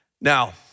Now